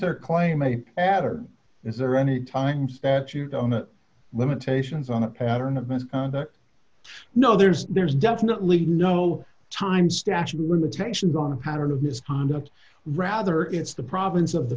their claim i add or is there any time that you limitations on a pattern of misconduct no there's there's definitely no time statute of limitations on a pattern of misconduct rather it's the province of the